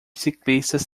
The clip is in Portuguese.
ciclistas